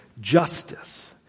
justice